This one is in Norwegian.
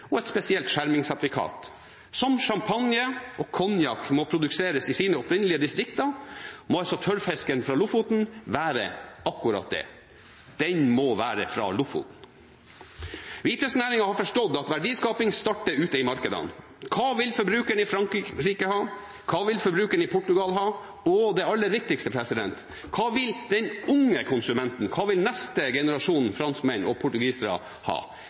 og et spesielt skjermingssertifikat. Som champagne og cognac må produseres i sine opprinnelige distrikter, må også tørrfisken fra Lofoten være akkurat det: Den må være fra Lofoten. Hvitfisknæringen har forstått at verdiskaping starter ute i markedene. Hva vil forbrukerne i Frankrike ha? Hva vil forbrukerne i Portugal ha? Og det aller viktigste: Hva vil den unge konsumenten, neste generasjon franskmenn og portugisere, ha?